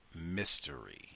mystery